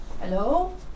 Hello